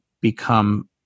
become